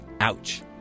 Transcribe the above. Ouch